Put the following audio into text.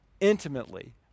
intimately